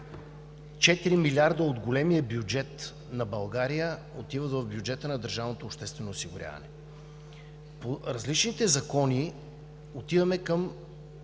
4 млрд. лв. от големия бюджет на България отиват в бюджета на държавното обществено осигуряване. По различните закони отиваме към